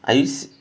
are you s~